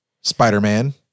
Spider-Man